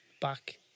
back